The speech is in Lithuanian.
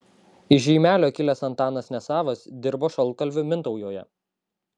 iš žeimelio kilęs antanas nesavas dirbo šaltkalviu mintaujoje